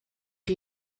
chi